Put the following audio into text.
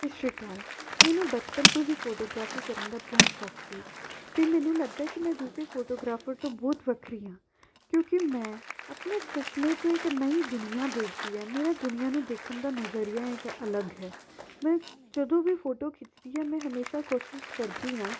ਸਤਿ ਸ਼੍ਰੀ ਅਕਾਲ ਮੈਨੂੰ ਬਚਪਨ ਤੋਂ ਹੀ ਫੋਟੋਗ੍ਰਾਫੀ ਕਰਨ ਦਾ ਬਹੁਤ ਸ਼ੌਕ ਸੀ ਅਤੇ ਮੈਨੂੰ ਲੱਗਦਾ ਕਿ ਮੈਂ ਦੂਸਰੇ ਫੋਟੋਗ੍ਰਾਫਰ ਤੋਂ ਬਹੁਤ ਵੱਖਰੀ ਹਾਂ ਕਿਉਂਕਿ ਮੈਂ ਆਪਣੇ ਚਸ਼ਮੇ ਤੋਂ ਇੱਕ ਨਵੀਂ ਦੁਨੀਆ ਦੇਖਦੀ ਹਾਂ ਮੇਰਾ ਦੁਨੀਆ ਨੂੰ ਦੇਖਣ ਦਾ ਨਜ਼ਰੀਆ ਇੱਕ ਅਲੱਗ ਹੈ ਮੈਂ ਜਦੋਂ ਵੀ ਫੋਟੋ ਖਿੱਚਦੀ ਹਾਂ ਮੈਂ ਹਮੇਸ਼ਾ ਕੋਸ਼ਿਸ਼ ਕਰਦੀ ਹਾਂ